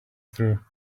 through